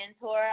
mentor